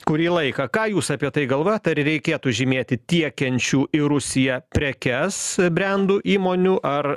kurį laiką ką jūs apie tai galvojat ar reikėtų žymėti tiekiančių į rusiją prekes brendų įmonių ar